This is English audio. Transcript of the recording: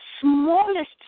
smallest